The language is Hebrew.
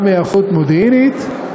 גם היערכות מודיעינית.